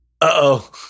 Uh-oh